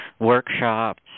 workshops